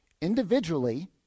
individually